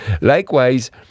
Likewise